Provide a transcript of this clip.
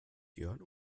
jörn